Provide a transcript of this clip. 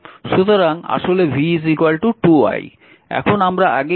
সুতরাং আসলে v 2 i